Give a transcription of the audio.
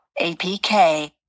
Apk